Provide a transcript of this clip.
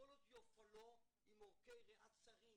טטרולוגיה על שם פאלוט, עם עורקי ריאה צרים,